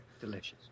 Delicious